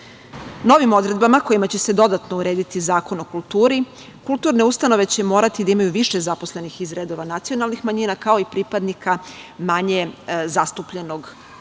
odredbama kojima će se dodatno urediti Zakon o kulturi kulturne ustanove će morati da imaju više zaposlenih iz redova nacionalnih manjina kao i pripadnika manje zastupljenog pola.